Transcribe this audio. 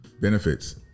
benefits